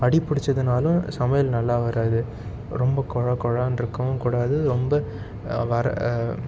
அடி பிடிச்சதுனாலும் சமையல் நல்லா வராது ரொம்ப கொல கொலானு இருக்கவும் கூடாது ரொம்ப வர